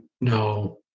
no